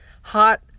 hot